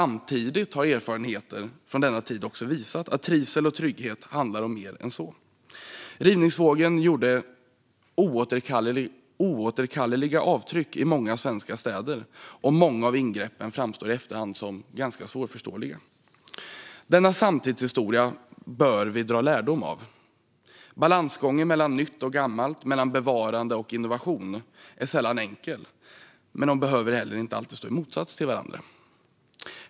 Men erfarenheter från denna tid har också visat att trivsel och trygghet handlar om mer än så. Rivningsvågen gjorde oåterkalleliga avtryck i många svenska städer, och många av ingreppen framstår i efterhand som ganska svårförståeliga. Denna samtidshistoria bör vi dra lärdom av. Balansgången mellan nytt och gammalt, mellan bevarande och innovation, är sällan enkel. Men de behöver heller inte alltid stå i motsats till varandra.